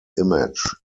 image